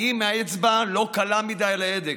האם האצבע לא קלה מדי על ההדק?